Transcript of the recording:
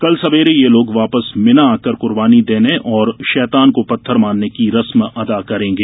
कल सवेरे ये लोग वापस मिना आकर कुर्बानी देने और शैतान को पत्थर मारने की रस्म अदा करेंगे